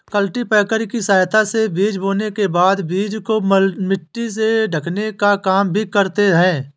cultipacker की सहायता से बीज बोने के बाद बीज को मिट्टी से ढकने का काम भी करते है